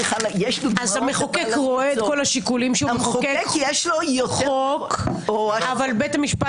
המחוקק רואה את כל השיקולים אבל בית המשפט